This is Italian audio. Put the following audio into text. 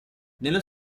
nello